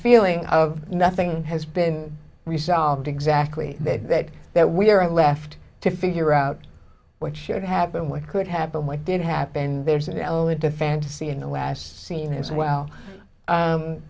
feeling of nothing has been resolved exactly that that we are left to figure out what should happen what could happen what did happen and there's an element of fantasy in the last scene as well